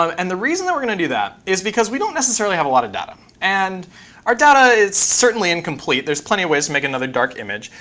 so and the reason that we're going to do that is because we don't necessarily have a lot of data. and our data is certainly incomplete. there's plenty ways make another dark image.